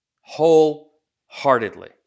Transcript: Wholeheartedly